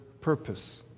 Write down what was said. purpose